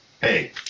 Hey